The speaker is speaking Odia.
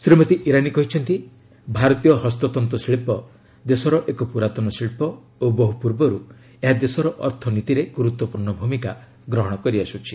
ଶ୍ରୀମତୀ ଇରାନୀ କହିଛନ୍ତି ଭାରତୀୟ ହସ୍ତତ୍ତ ଶିଳ୍ପ ଦେଶର ଏକ ପୁରାତନ ଶିଳ୍ପ ଓ ବହୁ ପୂର୍ବରୁ ଏହା ଦେଶର ଅର୍ଥନୀତିରେ ଗୁରୁତ୍ୱପୂର୍ଣ୍ଣ ଭୂମିକା ଗ୍ରହଣ କରି ଆସୁଛି